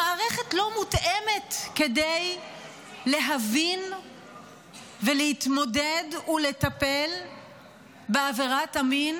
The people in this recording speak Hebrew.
המערכת לא מותאמת להבין ולהתמודד ולטפל בעבירת המין